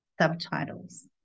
subtitles